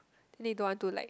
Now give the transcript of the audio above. then he don't want to like